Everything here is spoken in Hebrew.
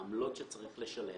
העמלות שצריך לשלם,